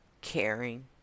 caring